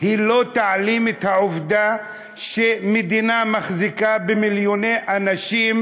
היא לא תעלים את העובדה שמדינה מחזיקה מיליוני אנשים